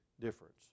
difference